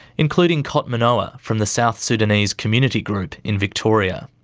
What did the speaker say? including kot monoah from the south sudanese community group in victoria.